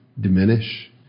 diminish